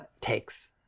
takes